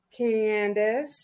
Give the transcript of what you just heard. Candice